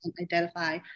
identify